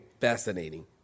fascinating